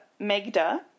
Megda